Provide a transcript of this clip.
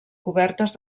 cobertes